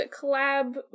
collab